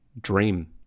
dream